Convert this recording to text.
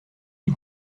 une